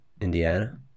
Indiana